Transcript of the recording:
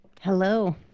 Hello